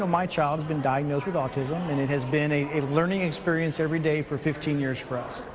ah my child has been diagnosed with autism and it has been a learning experience every day for fifteen years for us.